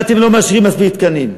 ואתם לא מאשרים מספיק תקנים,